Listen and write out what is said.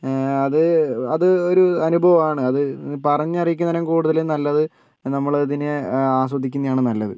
അത് അത് ഒരു അനുഭവമാണ് അത് പറഞ്ഞറിയിക്കുന്നതിലും കൂടുതലും നല്ലത് നമ്മൾ ഇതിനെ ആസ്വദിക്കുന്നതാണ് നല്ലത്